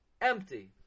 empty